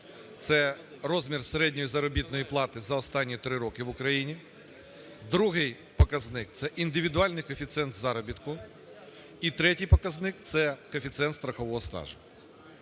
це розмір середньої заробітної плати за останні три роки в Україні. Другий показник – це індивідуальний коефіцієнт заробітку. І третій показник – це коефіцієнт страхового стажу.